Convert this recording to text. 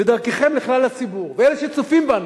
ודרככם לכלל הציבור, ואלה שצופים בנו,